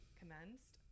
commenced